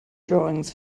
drawings